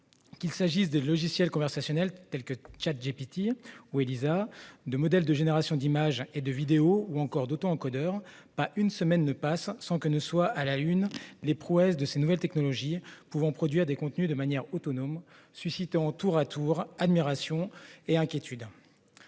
Qu'il s'agisse de logiciels conversationnels tels que ChatGPT ou Eliza, de modèles de génération d'images et de vidéos, ou encore d'auto-encodeurs, pas une semaine ne passe sans que l'on mette à la une les prouesses de ces nouvelles technologies pouvant produire des contenus de manière autonome, suscitant tour à tour admiration et inquiétudes.